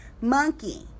monkey